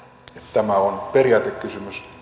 tämä on periaatekysymys